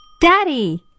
Daddy